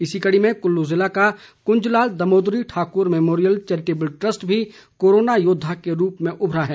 इसी कड़ी में कुल्लू जिला का Kunj Lal Damodari Thakur memorial charitable trust भी कोरोना योद्वा के रूप में उभरा है